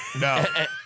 No